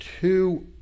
two